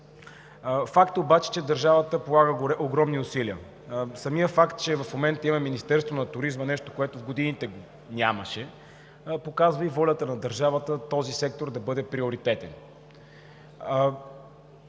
Факт е обаче, че държавата полага огромни усилия. Самият факт, че в момента има Министерството на туризма – нещо, което в годините нямаше, показва волята на държавата този сектор да бъде приоритетен.